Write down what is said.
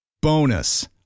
Bonus